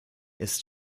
ist